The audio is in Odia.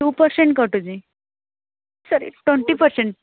ଟୁ ପରସେଣ୍ଟ କଟୁଛି ସରି ଟ୍ୱେଣ୍ଟି ପରସେଣ୍ଟ